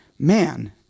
man